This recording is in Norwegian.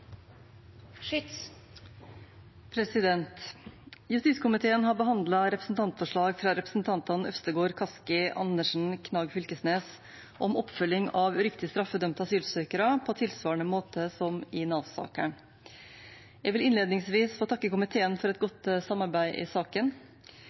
Justiskomiteen har behandlet representantforslag fra representantene Øvstegård, Kaski, Andersen og Knag Fylkesnes om oppfølging av uriktig straffedømte asylsøkere på tilsvarende måte som i Nav-sakene. Jeg vil innledningsvis få takke komiteen for et